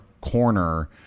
corner